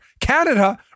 Canada